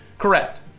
Correct